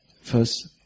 first